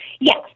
yes